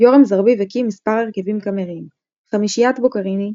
יורם זרביב הקים מספר הרכבים קאמריים חמישיית בוקריני,